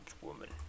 Woman